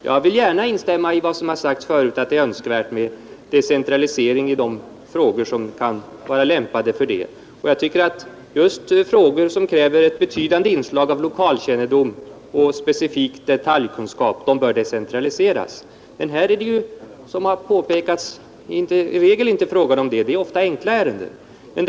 Jag vill gärna instämma i vad som har sagts förut om att det är önskvärt med decentralisering i de frågor som kan vara lämpade för detta, och jag tycker att just frågor som kräver ett betydande inslag av lokalkännedom och specifik detaljkunskap bör decentraliseras. Men här är det ju, som har påpekats, i regel inte fråga om sådant; det är ofta enkla ärenden.